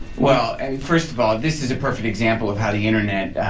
well, and first of all, this is a perfect example of how the internet